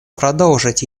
продолжить